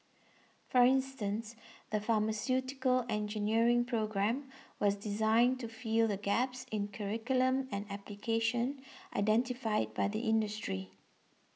for instance the pharmaceutical engineering programme was designed to fill the gaps in curriculum and application identified by the industry